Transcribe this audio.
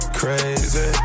crazy